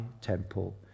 temple